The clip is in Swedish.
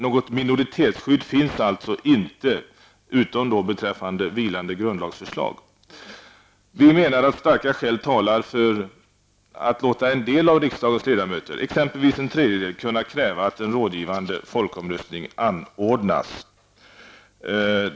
Något minoritetsskydd finns alltså inte, utom beträffande vilande grundlagsförslag. Vi anser att starka skäl talar för att låta en del av riksdagens ledamöter, exempelvis en tredjedel, kunna kräva att en rådgivande folkomröstning anordnas.